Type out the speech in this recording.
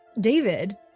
david